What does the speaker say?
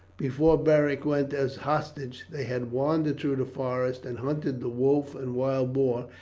before beric went as hostage, they had wandered through the forest and hunted the wolf and wild boar,